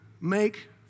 make